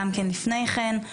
גם כן לפני כן,